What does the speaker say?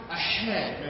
ahead